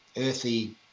earthy